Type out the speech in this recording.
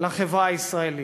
לחברה הישראלית.